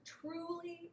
truly